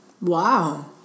Wow